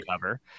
cover